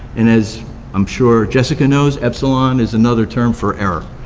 and as i'm sure jessica knows, epsilon is another term for error.